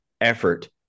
effort